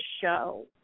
show